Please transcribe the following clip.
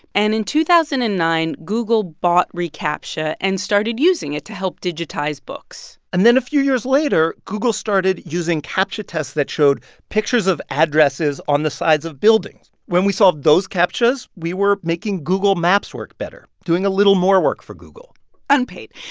and in two thousand and nine, google bought recaptcha and started using it to help digitize books and then a few years later, google started using captcha tests that showed pictures of addresses on the sides of buildings. when we solved those captchas, we were making google maps work better, doing a little more work for google unpaid.